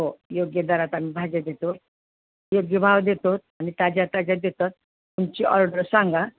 हो योग्य दरात आम्ही भाज्या देतो योग्य भाव देतोत आणि ताज्या ताज्या देतात तुमची ऑर्डर सांगा